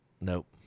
Nope